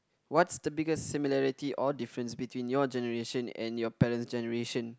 what's the biggest similarity or difference between your generation and your parents' generation